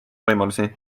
võimalusi